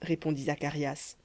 répondit zacharias